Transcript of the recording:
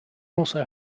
also